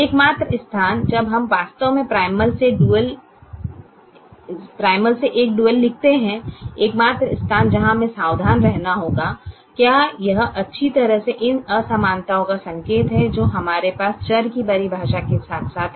एकमात्र स्थान जब हम वास्तव में प्राइमल से एक डुअल लिखते हैं एकमात्र स्थान जहां हमें सावधान रहना होगा संदर्भ समय 0919 क्या यह अच्छी तरह से इन असमानताओं का संकेत है जो हमारे पास चर की परिभाषा के साथ साथ है